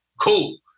Cool